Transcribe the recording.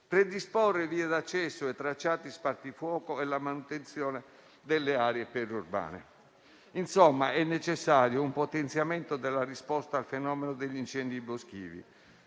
predisporre vie d'accesso e tracciati spartifuoco e la manutenzione delle aree periurbane. Insomma, è necessario un potenziamento della risposta al fenomeno degli incendi boschivi,